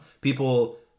People